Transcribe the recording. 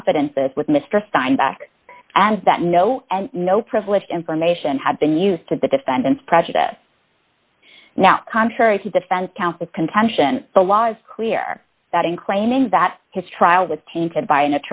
confidences with mr steinback as that no no privileged information had been used to the defendant's prejudice now contrary to defense counsel's contention but was clear that in claiming that his trial was tainted by an